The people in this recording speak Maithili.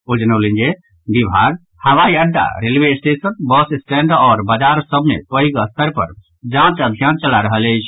ओ जनौलनि जे विभाग हवाई अड्डा रेलवे स्टेशन बस स्टैंड आओर बाजार सभ मे पैघ स्तर पर जांच अभियान चला रहल अछि